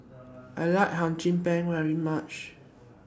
I like Hum Chim Peng very much